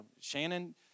Shannon